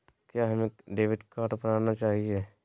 क्या हमें debit card बनाना चाहिए?